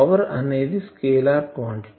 power అనేది scalar quantity